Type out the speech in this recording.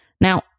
Now